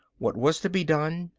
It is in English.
what was to be done,